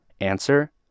Answer